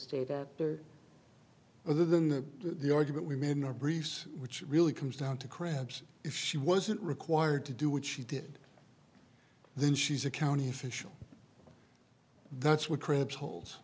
state that other than the the argument we made in our briefs which really comes down to crabs if she wasn't required to do what she did then she's a county official that's what crabs holes